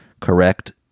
correct